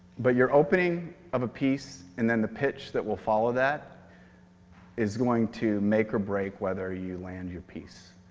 but your opening of a piece and then the pitch that will follow that is going to make or break whether you land your piece.